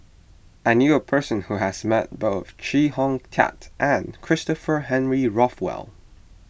I knew a person who has met both Chee Hong Tat and Christopher Henry Rothwell